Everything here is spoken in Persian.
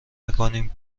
میکنیم